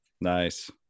nice